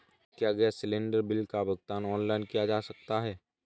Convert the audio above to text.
क्या gas cylinder bill का भुगतान ऑनलाइन किया जा सकता है?